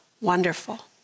wonderful